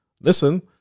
Listen